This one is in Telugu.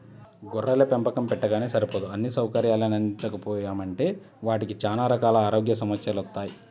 గొర్రెల పెంపకం పెట్టగానే సరిపోదు అన్నీ సౌకర్యాల్ని అందించకపోయామంటే వాటికి చానా రకాల ఆరోగ్య సమస్యెలొత్తయ్